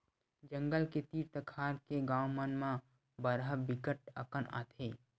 जंगल के तीर तखार के गाँव मन म बरहा बिकट अकन आथे